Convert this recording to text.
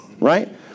right